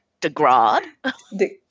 Degrad